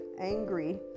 angry